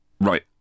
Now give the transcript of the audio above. right